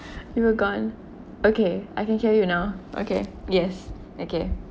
you were gone okay I can hear you now okay yes okay